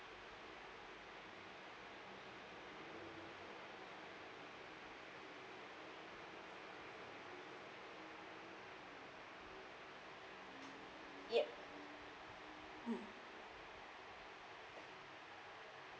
yup mm